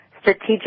strategic